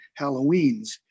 Halloweens